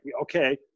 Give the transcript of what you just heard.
okay